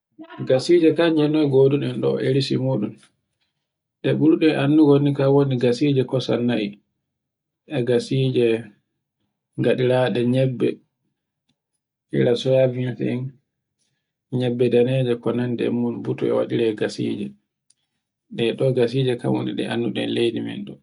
Gasije kanji noye goduden e resi muɗum. E ɓurde anndigo ni kanwoni gasije kosan na'I, e gasije gaɗireɗe nyebbe, ira soyabins en nyebbe daneje ko nanda e muɗum buto ko waɗire gasije. Ɗe ɗo gasije kan woni ɗe annduɗen leydi men ɗo.